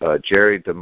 Jerry